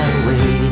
away